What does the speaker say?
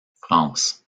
france